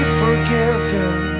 forgiven